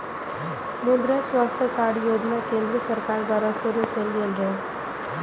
मुद्रा स्वास्थ्य कार्ड योजना केंद्र सरकार द्वारा शुरू कैल गेल छै